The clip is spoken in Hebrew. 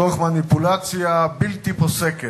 תוך מניפולציה בלתי פוסקת,